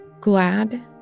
glad